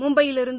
மும்பையிலிருந்து